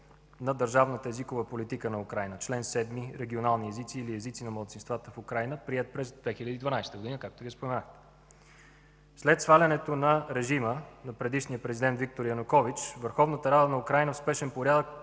на държавната езикова политика на Украйна – чл. 7, регионални езици или езици на малцинствата в Украйна, приет през 2012 г., както Вие споменахте. След свалянето на режима на предишния президент Виктор Янукович върховната Рада на Украйна в спешен порядък